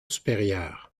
supérieur